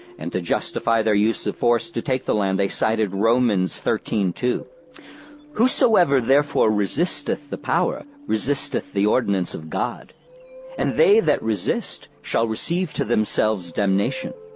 and to justify their use of force to take the land, they cited romans thirteen two whosoever therefore resisteth the power, resisteth the ordinance of god and they that resist shall receive to themselves damnation.